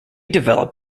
develop